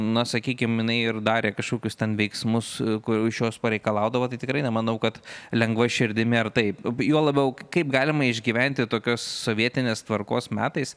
na sakykim jinai ir darė kažkokius ten veiksmus kur iš jos pareikalaudavo tai tikrai nemanau kad lengva širdimi ar taip juo labiau kaip galima išgyventi tokios sovietinės tvarkos metais